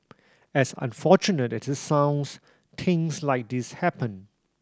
as unfortunate as it sounds things like this happen